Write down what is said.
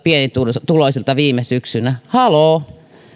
pienituloisilta viime syksynä haloo